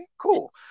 cool